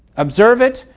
observe it,